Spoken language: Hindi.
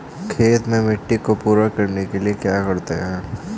खेत में मिट्टी को पूरा करने के लिए क्या करते हैं?